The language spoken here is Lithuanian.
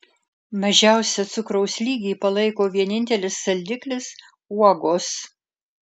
mažiausią cukraus lygį palaiko vienintelis saldiklis uogos